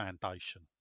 Foundation